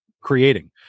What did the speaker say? creating